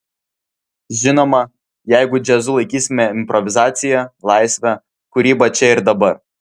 žinoma jeigu džiazu laikysime improvizaciją laisvę kūrybą čia ir dabar